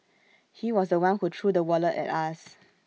he was The One who threw the wallet at us